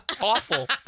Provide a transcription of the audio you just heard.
awful